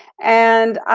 and